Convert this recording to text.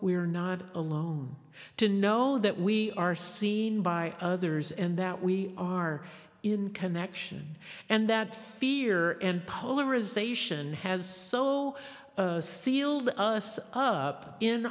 are not alone to know that we are seen by others and that we are in connection and that fear and polarization has so sealed us up in